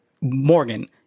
Morgan